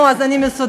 נו, אז אני מסודרת.